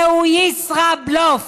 זהו ישראבלוף.